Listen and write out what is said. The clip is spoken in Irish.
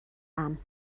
agam